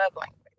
language